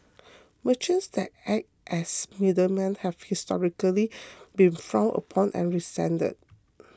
merchants that act as middlemen have historically been frowned upon and resented